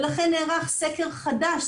ולכן נערך סקר חדש,